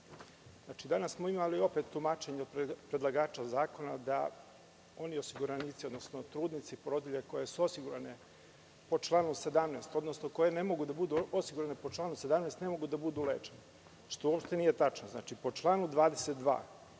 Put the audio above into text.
danas smo imali tumačenje od predlagača zakona da oni osiguranici, odnosno trudnice i porodilje koje su osigurane po članu 17, odnosno koje ne mogu da budu osigurane po članu 17. ne mogu da budu lečene, što nije tačno. Po članu 22.